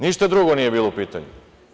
Ništa drugo nije bilo u pitanju.